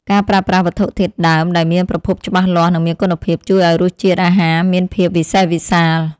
ការប្រើប្រាស់វត្ថុធាតុដើមដែលមានប្រភពច្បាស់លាស់ និងមានគុណភាពជួយឱ្យរសជាតិអាហារមានភាពវិសេសវិសាល។